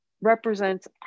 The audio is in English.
represents